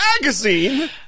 magazine